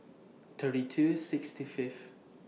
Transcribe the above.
thirty two sixty Fifth